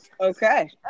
Okay